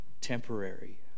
temporary